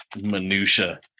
minutia